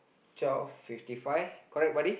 twelve fifty five correct buddy